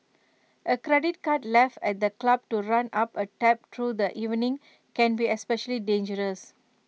A credit card left at the club to run up A tab through the evening can be especially dangerous